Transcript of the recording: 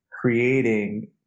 creating